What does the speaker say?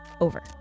over